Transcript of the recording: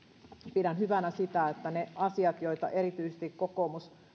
pidän hyvänä sitä että ne asiat joita kokoomus